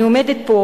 אני עומדת פה,